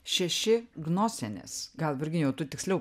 šeši gnosenės gal virginijau tu tiksliau